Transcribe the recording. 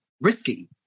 risky